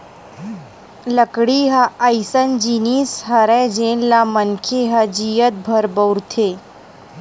लकड़ी ह अइसन जिनिस हरय जेन ल मनखे ह जियत भर बउरथे